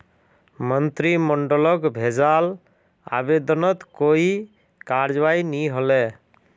मंत्रिमंडलक भेजाल आवेदनत कोई करवाई नी हले